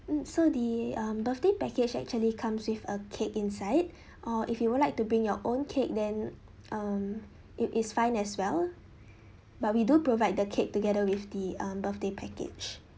mm so the um birthday package actually comes with a cake inside uh if you would like to bring your own cake then um it is fine as well but we do provide the cake together with the um birthday package